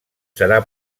serà